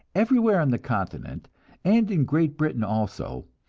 everywhere on the continent and in great britain also,